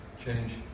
change